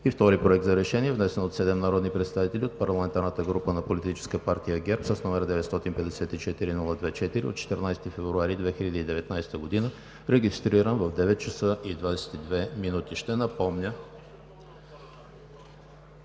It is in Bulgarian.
И вторият Проект за решение е внесен от 7 народни представители от парламентарната група на Политическа партия ГЕРБ с № 954-02-4 от 14 февруари 2019 г., регистриран в 9,22 ч. Ще напомня